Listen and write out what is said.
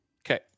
Okay